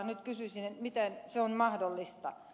nyt kysyisin miten se on mahdollista